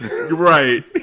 Right